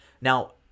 Now